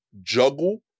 juggle